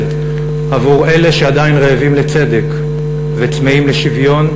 עבור אלה שעדיין רעבים לצדק וצמאים לשוויון,